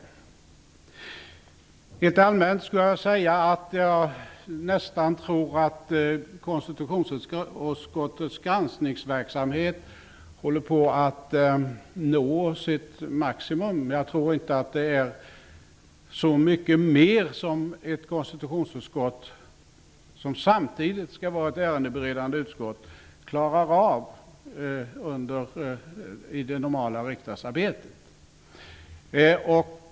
Rent allmänt skulle jag vilja säga att jag nästan tror att konstitutionsutskottets granskningsverksamhet håller på att nå sitt maximum. Jag tror inte att det är så mycket mer som ett konstitutionsutskott, som samtidigt skall vara ett ärendeberedande utskott, klarar av i det normala riksdagsarbetet.